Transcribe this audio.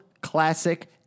Classic